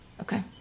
Okay